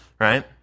Right